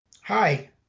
Hi